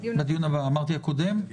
אני